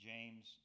James